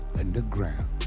underground